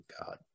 God